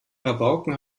rabauken